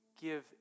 give